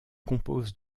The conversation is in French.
compose